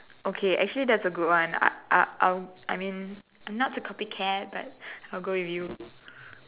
okay actually that's a good one I I'll I'll I mean I'm not a copycat but I'll go with you